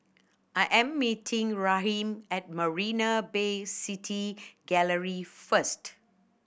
I am meeting Raheem at Marina Bay City Gallery first